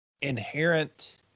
Inherent